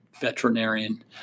veterinarian